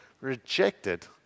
rejected